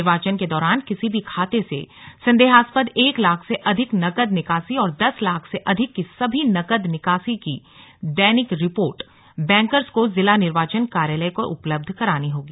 निर्वाचन के दौरान किसी भी खाते से संदेहस्पद एक लाख से अधिक नकद निकासी और दस लाख से अधिक की सभी नकद निकासी की दैनिक रिपोर्ट बैंकर्स को जिला निर्वाचन कार्यालय को उपलब्ध करानी होगी